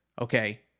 Okay